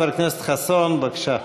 חבר הכנסת חסון, בבקשה.